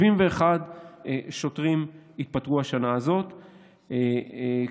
71 שוטרים התפטרו השנה הזו,